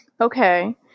Okay